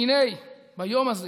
והינה ביום הזה